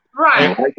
Right